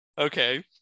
Okay